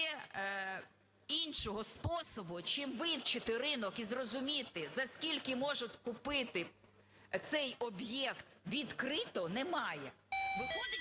іншого способу чим вивчити ринок і зрозуміти за скільки можуть купити цей об'єкт відкрито немає.